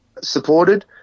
supported